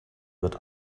wird